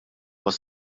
għas